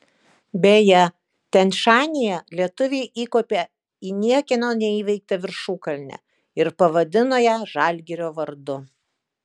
beje tian šanyje lietuviai įkopė į niekieno neįveiktą viršukalnę ir pavadino ją žalgirio vardu